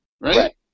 right